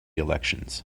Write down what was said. elections